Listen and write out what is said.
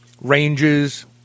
ranges